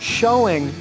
showing